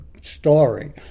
story